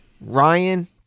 ryan